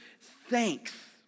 thanks